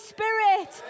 Spirit